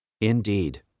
Indeed